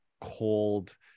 cold